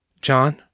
John